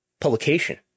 Publication